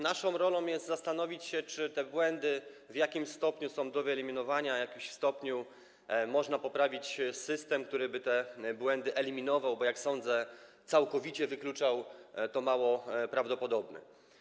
Naszą rolą jest zastanowić się, czy te błędy w jakimś stopniu są do wyeliminowania, w jakimś stopniu można poprawić system, który by te błędy eliminował, jak sądzę, bo to, żeby całkowicie wykluczał, jest mało prawdopodobne.